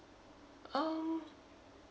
um